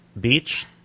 Beach